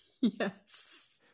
Yes